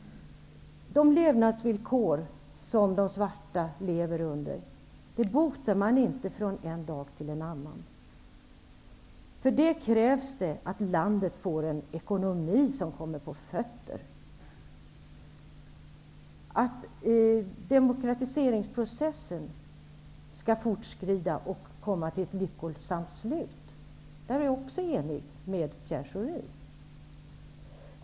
De levnadsvillkor som de svarta lever under botar man inte från en dag till en annan. För det krävs att landets ekonomi kommer på fötter. När det gäller att demokratiseringsprocessen skall fortskrida är jag också enig med Pierre Schori.